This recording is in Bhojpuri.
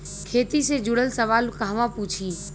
खेती से जुड़ल सवाल कहवा पूछी?